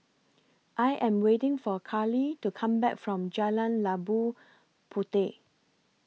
I Am waiting For Carley to Come Back from Jalan Labu Puteh